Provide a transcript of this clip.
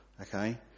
okay